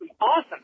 Awesome